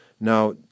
Now